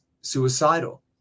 suicidal